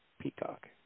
Peacock